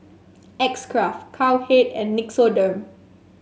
X Craft Cowhead and Nixoderm